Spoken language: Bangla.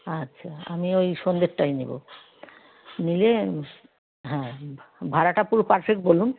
আচ্ছা আমি ওই সন্ধেরটাই নেবো নিলে হ্যাঁ ভাড়াটা পুরো পারফেক্ট বলুন